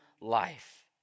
life